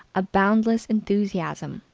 a boundless enthusiasm,